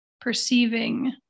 perceiving